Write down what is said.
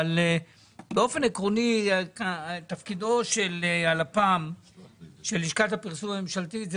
אבל באופן עקרוני תפקידה של לשכת הפרסום הממשלתית הוא